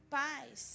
paz